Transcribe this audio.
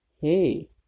Hey